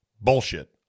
bullshit